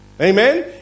Amen